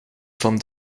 van